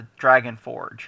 Dragonforge